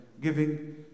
giving